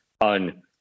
on